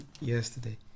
yesterday